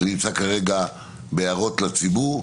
זה נמצא כרגע בהערות לציבור,